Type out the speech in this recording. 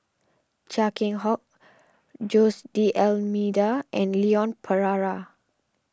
Chia Keng Hock Jose D'Almeida and Leon Perera